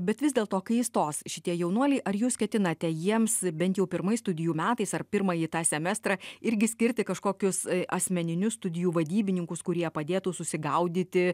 bet vis dėlto kai įstos šitie jaunuoliai ar jūs ketinate jiems bent jau pirmais studijų metais ar pirmąjį tą semestrą irgi skirti kažkokius asmeninius studijų vadybininkus kurie padėtų susigaudyti